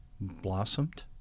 blossomed